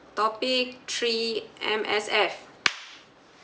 topic three M_S_F